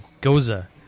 Goza